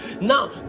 Now